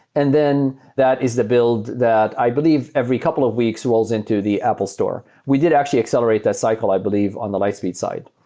and then that is the build that i believe every couple of weeks rolls into the apple store. we did actually accelerate that cycle i believe on the lightspeed side,